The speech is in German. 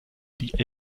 die